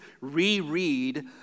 reread